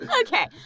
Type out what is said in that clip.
Okay